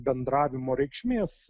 bendravimo reikšmės